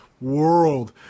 World